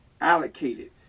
allocated